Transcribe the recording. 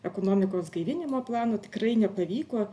ekonomikos gaivinimo plano tikrai nepavyko